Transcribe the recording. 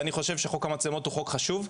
אני חושב שחוק המצלמות הוא חוק חשוב,